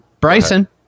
Bryson